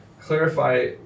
Clarify